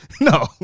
No